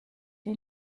die